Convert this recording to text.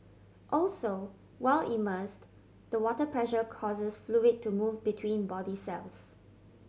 also while immersed the water pressure causes fluid to move between body cells